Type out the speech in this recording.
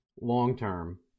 long-term